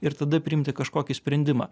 ir tada priimti kažkokį sprendimą